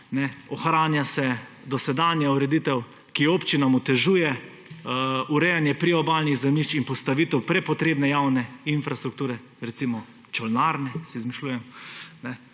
ohranja se dosedanja ureditev, ki občinam otežuje urejanje priobalnih zemljišč in postavitev prepotrebne javne infrastrukture, recimo čolnarne ‒ si izmišljujem.